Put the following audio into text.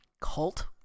Cult